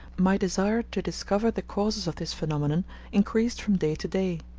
my desire to discover the causes of this phenomenon increased from day to day.